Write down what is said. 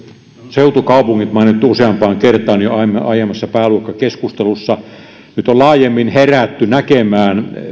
seutukaupungit mainittu useampaan kertaan jo aiemmassa pääluokkakeskustelussa nyt on laajemmin herätty näkemään